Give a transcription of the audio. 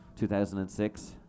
2006